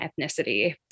ethnicity